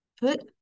put